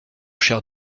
cher